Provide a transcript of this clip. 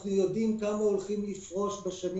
אנחנו יודעים כמה הולכים לפרוח בשנים